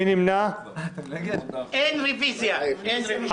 4 נמנעים, אין אושר בעד- 7, נגד- 4, אין נמנעים.